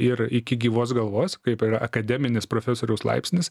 ir iki gyvos galvos kaip ir akademinis profesoriaus laipsnis